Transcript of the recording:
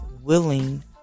willing